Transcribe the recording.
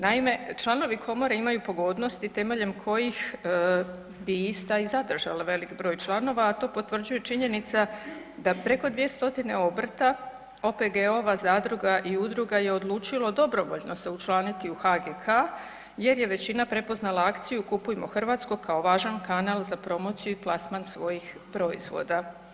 Naime, članovi komore imaju pogodnosti temeljem kojih bi ista i zadržala velik broj članova, a to potvrđuje činjenica da preko 200 obrta, OPG-ova, zadruga i udruga je odlučilo dobrovoljno se učlaniti u HGK jer je većina prepoznala akciju Kupujmo Hrvatsko kao važan kanal za promociju i plasman svojih proizvoda.